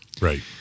Right